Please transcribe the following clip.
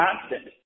constant